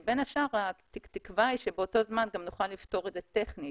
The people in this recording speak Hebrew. כאשר בין השאר התקווה היא שבאותו זמן גם נוכל לפתור את זה טכנית,